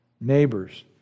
neighbors